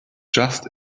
just